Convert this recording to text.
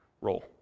role